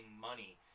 money